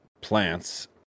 plants